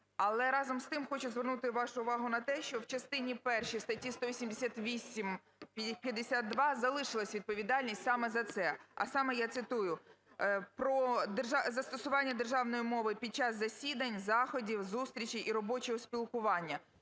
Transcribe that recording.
Але, разом з тим, хочу звернути вашу увагу на те, що в частині першій статті 188-52 залишилась відповідальність саме за це. А саме я цитую: "Про застосування державної мови під час засідань, заходів, зустрічей і робочого спілкування".